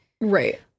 right